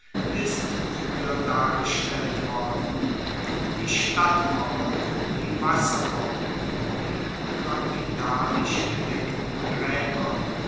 ist frueher dargestellt worden die stadtmauern die wasserbauten die pyramidalisch gedeckten graeber